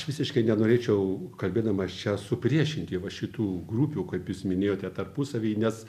visiškai nenorėčiau kalbėdamas čia supriešinti va šitų grupių kaip jūs minėjote tarpusavy nes